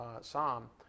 psalm